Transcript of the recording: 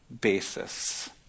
basis